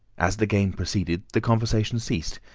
as the game proceeded the conversation ceased,